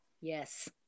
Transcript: Yes